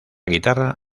guitarra